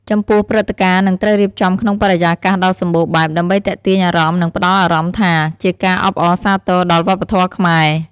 ចំពោះ ព្រឹត្តិការណ៍នឹងត្រូវរៀបចំក្នុងបរិយាកាសដ៏សម្បូរបែប ដើម្បីទាក់ទាញអារម្មណ៍ និងផ្តល់អារម្មណ៍ថា ជាការអបអរសាទរដល់វប្បធម៌ខ្មែរ។